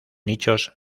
nichos